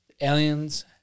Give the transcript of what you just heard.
Aliens